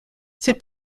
cette